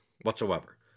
whatsoever